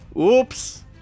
Oops